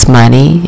money